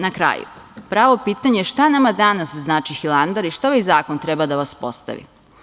Na kraju, pravo pitanje je šta nama danas znači Hilandar i šta ovaj zakon treba da vaspostavi?